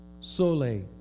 Sole